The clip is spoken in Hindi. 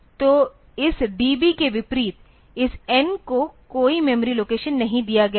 तो इस DB के विपरीत इस N को कोई मेमोरी लोकेशन नहीं दिया गया है